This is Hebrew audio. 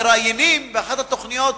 מראיינים באחת התוכניות